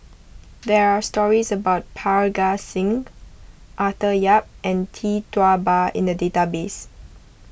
there are stories about Parga Singh Arthur Yap and Tee Tua Ba in the database